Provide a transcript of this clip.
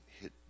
hit